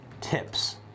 tips